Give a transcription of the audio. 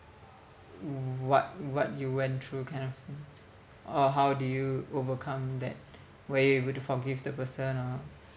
what what you went through kind of thing or how did you overcome that were you able to forgive the person or